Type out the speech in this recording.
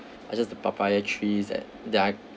are just the papaya trees at that I